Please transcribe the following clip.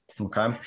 Okay